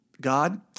God